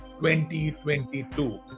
2022